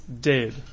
dead